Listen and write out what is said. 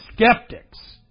skeptics